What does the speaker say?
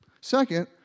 Second